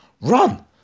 run